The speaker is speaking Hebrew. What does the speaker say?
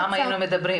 פעם הינו מדברים.